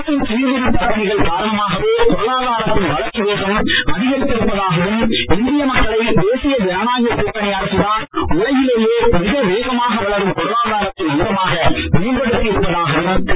அரசின் சிர்திருத்தப் பணிகள் காரணமாகவே பொருளாதாரத்தின் வளர்ச்சி வேகம் அதிகரித்து இருப்பதாகவும் இந்திய மக்களை தேசிய ஜனநாயக கூட்டணி அரசுதான் உலகிலேயே மிக வேகமாக வளரும் பொருளாதாரத்தின் அங்கமாக மேம்படுத்தி இருப்பதாகவும் திரு